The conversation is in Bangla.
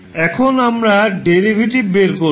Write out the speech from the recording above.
এখন আমরা ডেরিভেটিভ বের করবো